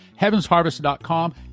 HeavensHarvest.com